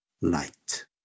light